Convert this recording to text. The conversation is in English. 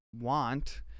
want